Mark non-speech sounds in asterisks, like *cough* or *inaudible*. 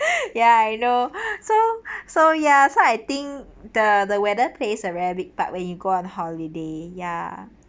*laughs* ya you know so so ya so I think the the weather plays a very big part when you go on holiday ya